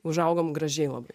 užaugom gražiai labai